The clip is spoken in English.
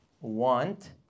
want